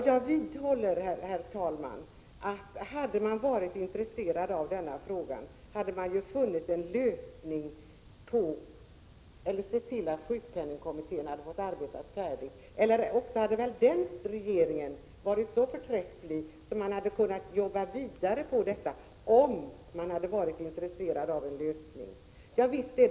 Jag vidhåller, herr talman, att man om man hade varit intresserad av denna fråga hade kunnat finna en lösning eller låta sjukpenningkommittén arbeta färdigt. Regeringen hade också kunnat arbeta vidare på detta. Ja, visst är det bråttom, Karin Israelsson.